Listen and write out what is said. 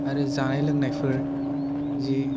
आरो जानाय लोंनायफोर जि